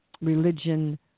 religion